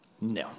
no